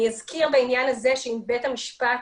אני אזכיר בעניין הזה שאם בית המשפט